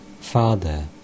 Father